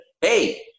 hey